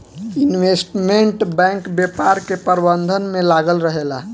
investment bank व्यापार के प्रबंधन में लागल रहेला